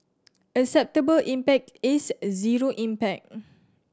acceptable impact is a zero impact